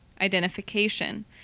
identification